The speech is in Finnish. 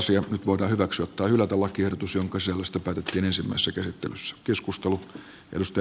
nyt voidaan hyväksyä tai hylätä lakiehdotus jonka sisällöstä päätettiin ensimmäisessä käsittelyssä